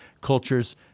cultures